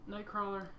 Nightcrawler